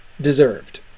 Deserved